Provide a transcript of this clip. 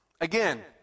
Again